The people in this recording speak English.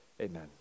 Amen